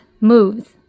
moves